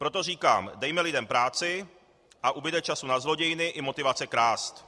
Proto říkám: Dejme lidem práci, pak ubude času na zlodějiny i motivace krást.